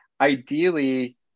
ideally